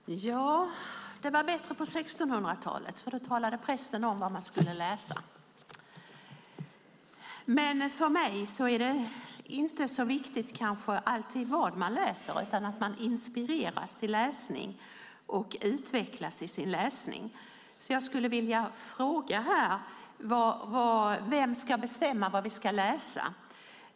Fru talman! Det var bättre på 1600-talet, för då talade prästen om vad man skulle läsa. Men för mig är det kanske inte alltid så viktigt vad man läser, utan att man inspireras till läsning och utvecklas i sin läsning. Jag skulle vilja fråga vem som ska bestämma vad vi ska läsa.